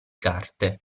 carte